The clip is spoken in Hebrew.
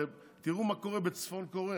תראו מה קורה בצפון קוריאה.